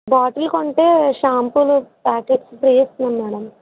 bottle కొంటే షాంపూలు packet free ఇస్తున్నాం మేడమ్